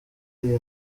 iyi